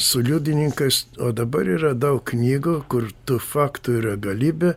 su liudininkais o dabar yra daug knygų kur tu faktų yra galybė